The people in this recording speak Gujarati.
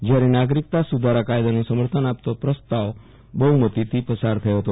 જયારે નાગરિકતા સુ ધારા કાયદાનું સમર્થન આપતો પ્રસ્તાવ બહુમતિથી પસાર થયો હતો